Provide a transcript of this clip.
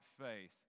faith